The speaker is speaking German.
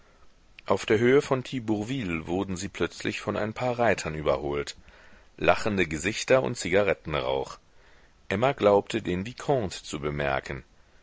auf der höhe von thibourville wurden sie plötzlich von ein paar reitern überholt lachende gesichter und zigarettenrauch emma glaubte den vicomte zu bemerken